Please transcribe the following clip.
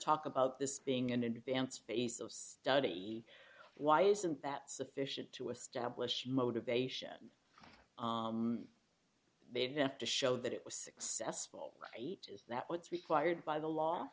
talk about this being an advanced base of study why isn't that sufficient to establish motivation they have to show that it was successful is that what's required by the law